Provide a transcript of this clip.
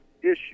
issue